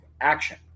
action